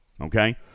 Okay